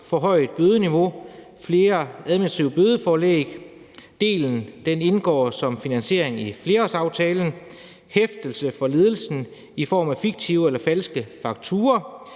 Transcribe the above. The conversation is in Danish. forhøjet bødeniveau og flere administrative bødeforelæg – den del indgår som finansiering i flerårsaftalen – og der er hæftelse for ledelsen i forbindelse med fiktive eller falske fakturaer.